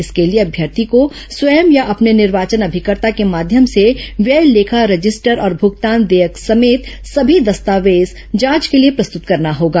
इसके लिए अम्यर्थी को स्वयं या अपने निर्वाचन अभिकर्ता के माध्यम से व्यय लेखा रजिस्टर और भुगतान देयक समेत सभी दस्तावेज जांच के लिए प्रस्तुत करना होगा